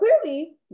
clearly